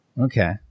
Okay